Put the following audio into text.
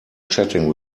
chatting